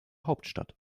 hauptstadt